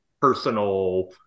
personal